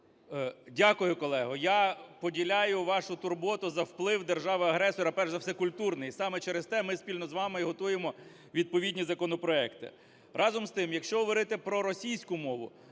Дякую, колего. Я поділяю вашу турботу за вплив держави-агресора, перш за все культурний. Саме через ми спільно з вами готуємо відповідні законопроекти. Разом з тим, якщо говорити про російську мову,